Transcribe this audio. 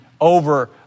over